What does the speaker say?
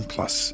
Plus